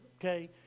okay